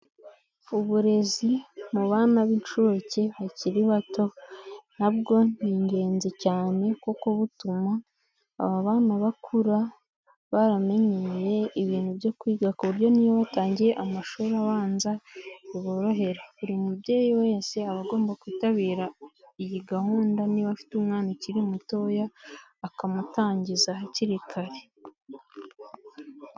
Uburezi mu bana b'inshuke bakiri bato na bwo ni ingenzi cyane kuko butuma aba bana bakura baramenyereye ibintu byo kwiga ku buryo n'iyo batangiye amashuri abanza biborohera. Buri mubyeyi wese aba agomba kwitabira iyi gahunda niba afite umwana ukiri mutoya akamutangiza hakiri kare.